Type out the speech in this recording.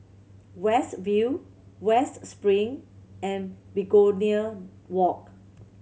West View West Spring and Begonia Walk